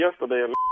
yesterday